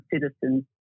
citizens